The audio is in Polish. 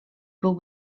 był